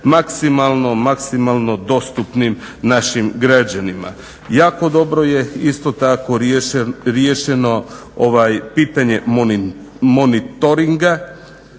maksimalno dostupnim našim građanima. Jako dobro je isto tako riješeno pitanje monitoringa,